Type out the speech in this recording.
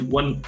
one